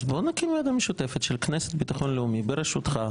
אז בואו נקים ועדה משותפת של כנסת וביטחון לאומי בראשותך.